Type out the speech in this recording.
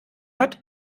hat